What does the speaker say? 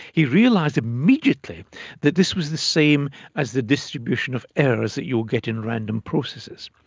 he realised immediately that this was the same as the distribution of errors that you will get in random processes.